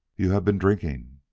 you haff been drinking!